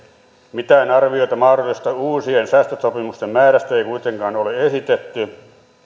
mitään arviota mahdollisesta uusien säästösopimusten määrästä ei kuitenkaan ole esitetty